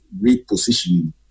repositioning